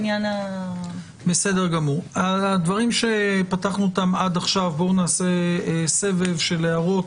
בדברים שפתחנו עד עכשיו נעשה סבב של הערות.